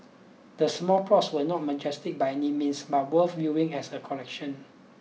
the small plots were not majestic by any means but worth viewing as a collection